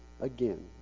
again